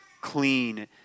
clean